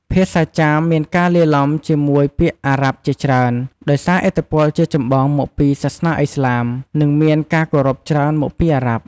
ភាសាចាម មានការលាយឡំជាមួយពាក្យអារ៉ាប់ជាច្រើន ដោយសារឥទ្ធិពលជាចម្បងមកពី សាសនាអ៊ីស្លាម និងមានការគោរពច្រើនមកពីអារ៉ាប់។